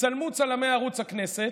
יצלמו צלמי ערוץ הכנסת.